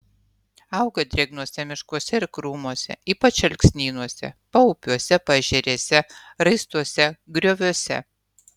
auga drėgnuose miškuose ir krūmuose ypač alksnynuose paupiuose paežerėse raistuose grioviuose